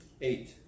eight